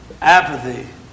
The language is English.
Apathy